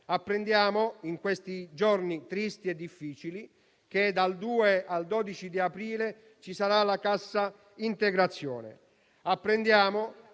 Apprendiamo, in questi giorni tristi e difficili, che, dal 2 al 12 aprile, ci sarà la cassa integrazione.